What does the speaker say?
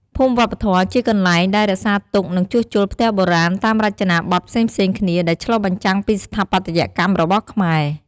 ភូមិវប្បធម៌ជាកន្លែងដែលរក្សាទុក និងជួសជុលផ្ទះបុរាណតាមរចនាបថផ្សេងៗគ្នា ដែលឆ្លុះបញ្ចាំងពីស្ថាបត្យកម្មរបស់ខ្មែរ។